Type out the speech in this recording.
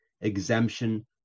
exemption